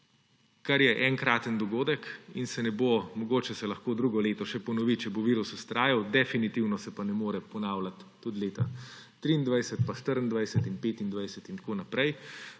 kar je enkraten dogodek in se ne bo – mogoče se lahko drugo leto še ponovi, če bo virus vztrajal –, definitivno se pa ne more ponavljati tudi leta 2023 pa 2024 in 2025 in tako naprej.